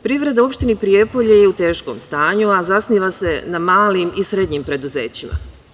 Privreda u opštini Prijepolje je u teškom stanju, a zasniva se na malim i srednjim preduzećima.